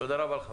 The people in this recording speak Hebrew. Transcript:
תודה רבה, לך.